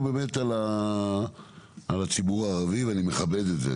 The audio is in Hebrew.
באמת על הציבור הערבי ואני מכבד את זה.